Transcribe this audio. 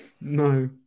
No